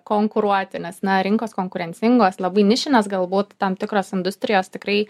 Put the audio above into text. konkuruoti nes na rinkos konkurencingos labai nišinės galbūt tam tikros industrijos tikrai